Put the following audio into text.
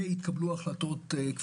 והתקבלו החלטות.